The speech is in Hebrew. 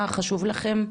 מה חשוב לכם,